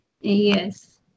Yes